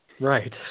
Right